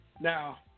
now